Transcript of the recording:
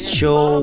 show